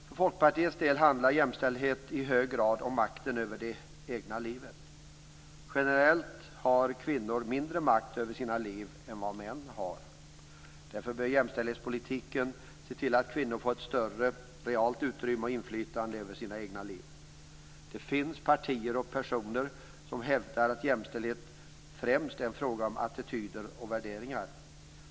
För Folkpartiets del handlar jämställdhet i hög grad om makten över det egna livet. Generellt har kvinnor mindre makt över sina liv än vad män har. Därför bör jämställdhetspolitiken se till att kvinnor får ett större realt utrymme och inflytande över sina egna liv. Det finns partier och personer som hävdar att jämställdhet främst är en fråga om attityder och värderingar.